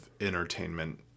entertainment